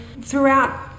throughout